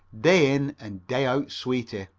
day in and day out sweetie.